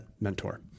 mentor